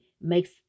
makes